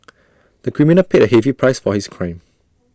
the criminal paid A heavy price for his crime